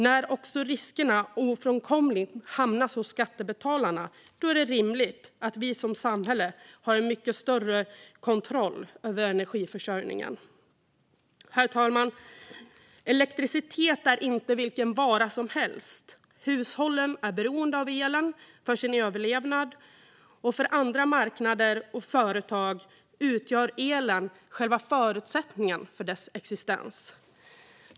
När också riskerna ofrånkomligen hamnar hos skattebetalarna är det rimligt att vi som samhälle har en mycket större kontroll över energiförsörjningen. Herr talman! Elektricitet är inte vilken vara som helst. Hushållen är beroende av elen för sin överlevnad, och för andra marknader och företag utgör elen själva förutsättningen för deras existens.